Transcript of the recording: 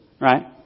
right